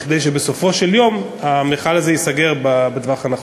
כדי שבסופו של יום המכל הזה ייסגר בטווח הנכון.